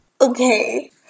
Okay